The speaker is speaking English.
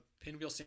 pinwheel